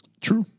True